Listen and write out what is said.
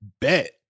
Bet